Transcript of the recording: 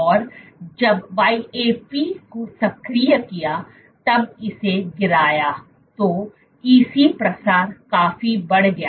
और जब YAP को सक्रिय किया तब इसे गिराया तो EC प्रसार काफी बढ़ गया